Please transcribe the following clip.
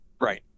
right